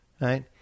right